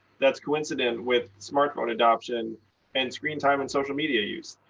that's coincident with smartphone adoption and screen time and social media use.